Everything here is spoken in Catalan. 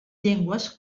llengües